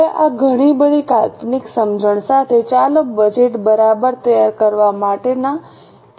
હવે આ ઘણી બધી કાલ્પનિક સમજણ સાથે ચાલો બજેટ તૈયાર કરવા માટેનાં કેસો કરીએ બરાબર